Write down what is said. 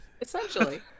essentially